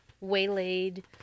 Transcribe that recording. waylaid